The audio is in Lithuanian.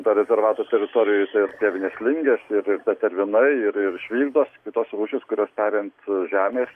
dar rezervatų teritorijose tetervinės lindės ir tetervinai ir ir švintos tai tos rūšys kurios ariant žemes